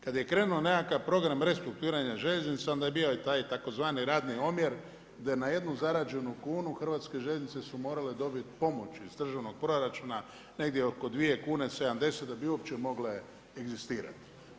Kad je krenuo nekakav program restrukturiranja željeznica onda je bio i taj tzv. radni omjer gdje na jednu zarađenu kunu hrvatske željeznice su morale dobiti pomoć iz državnog proračuna, negdje oko 2, 70 kuna da bi uopće mogle egzistirati.